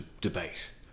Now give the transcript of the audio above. debate